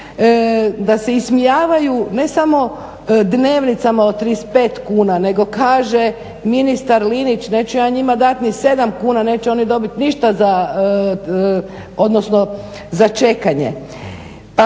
da se ismijavaju ne samo dnevnicama od 35 kuna nego kaže ministar Linić neću ja njima dati ni 7 kuna, neće oni dobiti ništa odnosno za čekanje.